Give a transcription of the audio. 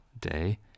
day